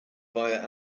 via